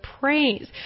praise